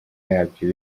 yabyo